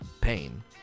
pain